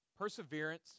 perseverance